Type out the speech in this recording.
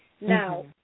Now